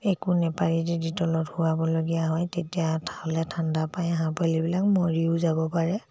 একো নাপাৰি যদি তলত শোৱাবলগীয়া হয় তেতিয়া হ'লে ঠাণ্ডা পায় হাঁহ পোৱালিবিলাক মৰিও যাব পাৰে